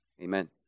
Amen